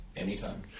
anytime